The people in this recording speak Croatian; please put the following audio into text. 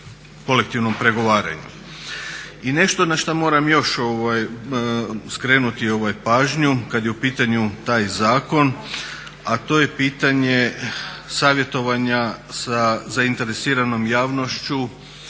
kolektivnom pregovaranju. I nešto na šta moram još skrenuti pažnju kad je u pitanju taj zakon, a to je pitanje savjetovanja sa zainteresiranom javnošću.